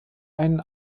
einen